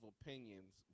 opinions